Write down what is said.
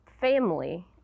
family